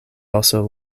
also